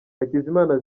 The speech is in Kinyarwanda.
hakizimana